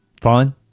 Fine